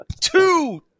two